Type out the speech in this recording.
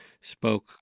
spoke